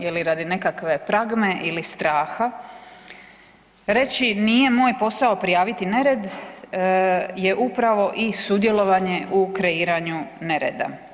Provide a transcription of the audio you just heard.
Je li radi nekakve pragme ili straha reći nije moj posao prijaviti nered je upravo i sudjelovanje u kreiranju nereda.